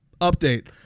Update